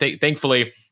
thankfully